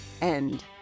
end